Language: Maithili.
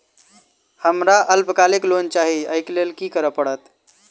हमरा अल्पकालिक लोन चाहि अई केँ लेल की करऽ पड़त?